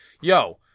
yo